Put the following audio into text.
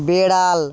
বেড়াল